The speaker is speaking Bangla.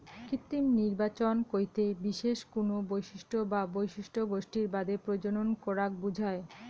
কৃত্রিম নির্বাচন কইতে বিশেষ কুনো বৈশিষ্ট্য বা বৈশিষ্ট্য গোষ্ঠীর বাদে প্রজনন করাক বুঝায়